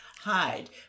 hide